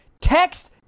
text